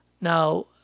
now